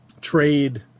trade